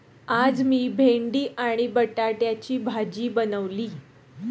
आज मी भेंडी आणि बटाट्याची भाजी बनवली